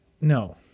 No